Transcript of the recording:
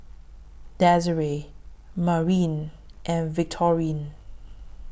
Desirae Marin and Victorine